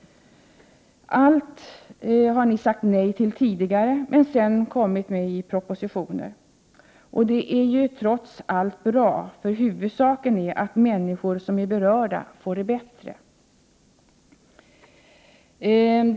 Allt detta har ni sagt nej till tidigare, men sedan föreslagit i propositionen. Det är trots allt bra, huvudsaken är ju att människor som är berörda får det bättre.